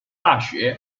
大学